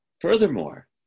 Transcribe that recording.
Furthermore